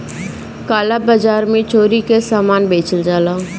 काला बाजार में चोरी कअ सामान बेचल जाला